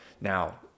Now